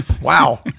Wow